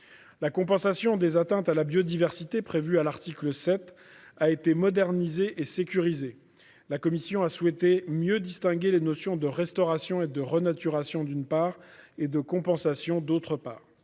La compensation des atteintes à la biodiversité, prévue à l'article 7, a été modernisée et sécurisée : notre commission a souhaité mieux distinguer les notions de « restauration » et de « renaturation », d'une part, de « compensation », d'autre part.